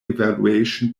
evaluation